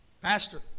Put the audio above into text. Pastor